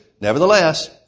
nevertheless